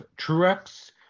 Truex